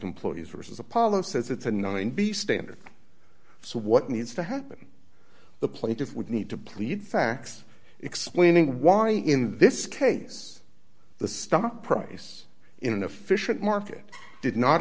employees versus apollo says it's a no and b standard so what needs to happen the plaintiff would need to plead facts explaining why in this case the stock price in an efficient market did not